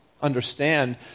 understand